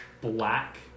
black